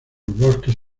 bosques